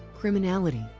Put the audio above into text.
criminality,